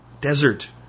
desert